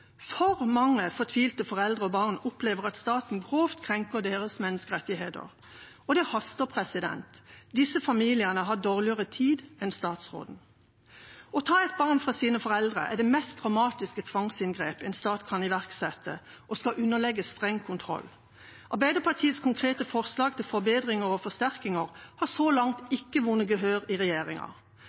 For mange fortvilte foreldre og barn opplever at staten grovt krenker deres menneskerettigheter. Og det haster. Disse familiene har dårligere tid enn statsråden. Å ta et barn fra sine foreldre er det mest dramatiske tvangsinngrep en stat kan iverksette, og skal underlegges streng kontroll. Arbeiderpartiets konkrete forslag til forbedringer og forsterkninger har så langt ikke vunnet gehør i regjeringa.